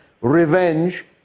revenge